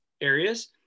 areas